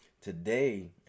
today